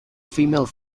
female